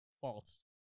False